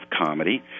comedy